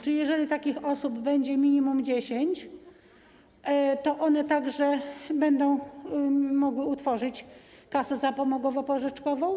Czy jeżeli takich osób będzie minimum 10, one także będą mogły utworzyć kasę zapomogowo-pożyczkową?